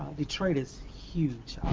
detroit is huge